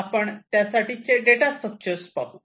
आपण त्यासाठीचे data structure पाहू